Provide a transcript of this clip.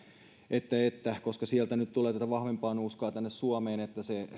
että koska sieltä nyt tulee tätä vahvempaa nuuskaa tänne suomeen